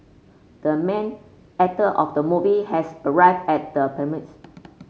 the main actor of the movie has arrived at the